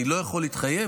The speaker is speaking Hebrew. אני לא יכול להתחייב.